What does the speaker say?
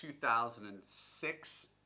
2006